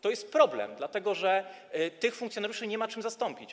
To jest problem, dlatego że tych funkcjonariuszy nie ma kim zastąpić.